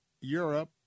Europe